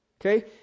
Okay